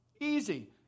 Easy